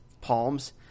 palms